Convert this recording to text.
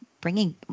bringing